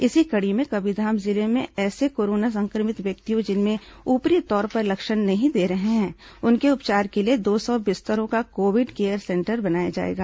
इसी कड़ी में कबीरधाम जिले में ऐसे कोरोना संक्रमित व्यक्तियों जिनमें ऊपरी तौर पर लक्षण दिखाई नहीं दे रहे हैं उनके उपचार के लिए दो सौ बिस्तरों का कोविड केयर सेंटर बनाया जाएगा